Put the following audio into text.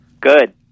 Good